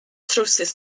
trowsus